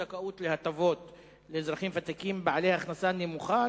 זכאות להטבות לאזרחים ותיקים בעלי הכנסה נמוכה),